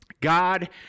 God